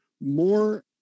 more